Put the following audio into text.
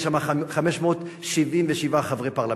יש שם 577 חברי פרלמנט,